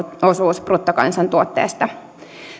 osuus bruttokansantuotteesta